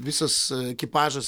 visas ekipažas